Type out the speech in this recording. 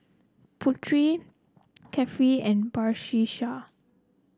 Putri Kefli and Batrisya